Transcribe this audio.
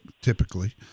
typically